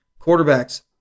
quarterbacks